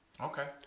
Okay